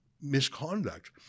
misconduct